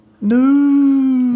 No